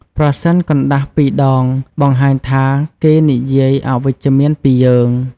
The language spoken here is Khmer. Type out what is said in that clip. ប្រសិនកណ្តាស់ពីរដង បង្ហាញថា គេនិយាយអវិជ្ជមានពីយើង។